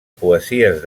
poesies